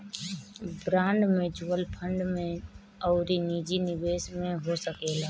bond mutual fund अउरी निजी निवेश में हो सकेला